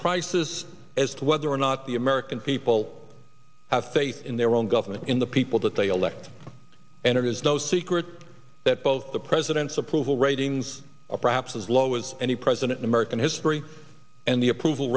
crisis as to whether or not the american people faith in their own government in the people that they elect and it is no secret that both the president's approval ratings are perhaps as low as any president in american history and the approval